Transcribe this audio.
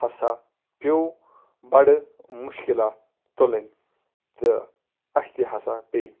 ہسا پیوٚو بَڑٕ مُشکِلات تُلٕنۍ تہٕ اَسہِ تہِ ہسا پے